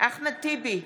אחמד טיבי,